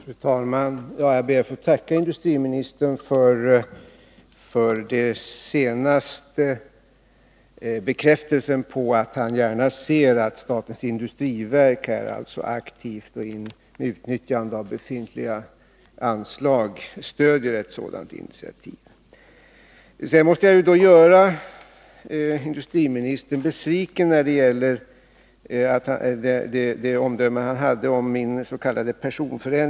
Fru talman! Jag ber att få tacka industriministern för den senaste bekräftelsen på att han gärna ser att statens industriverk är aktivt och att det genom utnyttjande av befintliga anslag stöder ett initiativ i detta sammanhang. När det gäller industriministerns omdöme om min s.k. personförändring måste jag göra honom besviken.